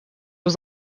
was